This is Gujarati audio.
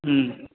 હમ